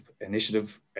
initiative